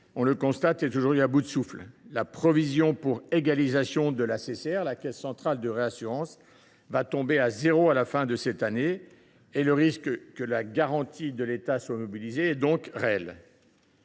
nous constatons que ce régime est à bout de souffle. La provision pour égalisation de la Caisse centrale de réassurance va tomber à zéro à la fin de l’année et le risque que la garantie de l’État soit mobilisée est réel.